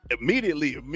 immediately